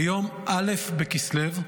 ביום א' בכסליו,